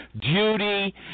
duty